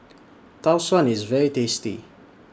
Tau Suan IS very tasty